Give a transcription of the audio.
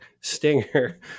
stinger